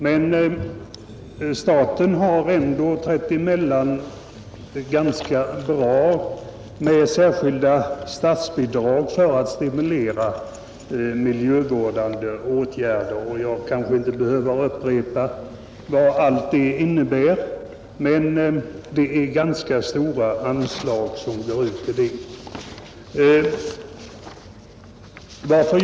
Men staten har ändå trätt emellan ganska bra med särskilda statsbidrag för att stimulera miljövårdande åtgärder. Jag kanske inte behöver upprepa vad allt det innebär, men det är ganska stora anslag som går ut till det ändamålet.